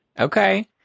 Okay